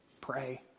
pray